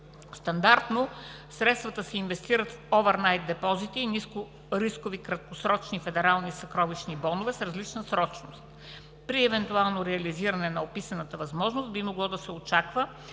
Стандартно средствата се инвестират в овърнайт депозити и нискорискови краткосрочни федерални съкровищни бонове с различна срочност. При евентуално реализиране на описаната възможност би могло да се очаква